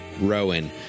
Rowan